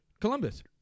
Columbus